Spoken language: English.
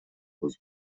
was